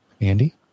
Andy